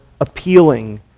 appealing